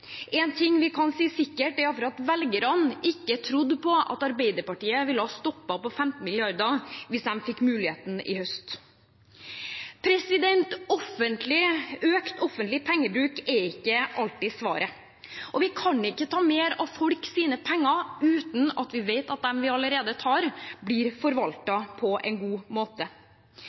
ting vi kan si sikkert, er at velgerne ikke trodde på at Arbeiderpartiet ville stoppet på 15 mrd. kr hvis de hadde fått muligheten i høst. Økt offentlig pengebruk er ikke alltid svaret, og vi kan ikke ta mer av folks penger uten at vi vet at de vi allerede tar, blir forvaltet på en god måte.